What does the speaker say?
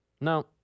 No